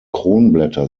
kronblätter